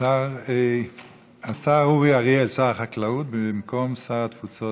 השר אורי אריאל, שר החקלאות, במקום שר התפוצות